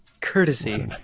Courtesy